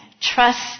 trust